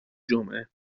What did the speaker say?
جمعه